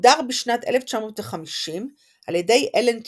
הוגדר בשנת 1950 על ידי אלן טיורינג,